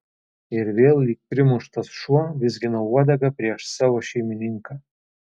ir vėl lyg primuštas šuo vizginau uodegą prieš savo šeimininką